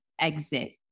exit